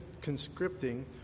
conscripting